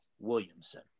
Williamson